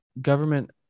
government